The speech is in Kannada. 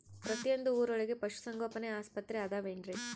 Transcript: ಪ್ರತಿಯೊಂದು ಊರೊಳಗೆ ಪಶುಸಂಗೋಪನೆ ಆಸ್ಪತ್ರೆ ಅದವೇನ್ರಿ?